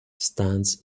stands